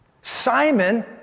Simon